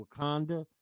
Wakanda